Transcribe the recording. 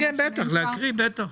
כן, להקריא אותו, בטח.